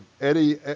Eddie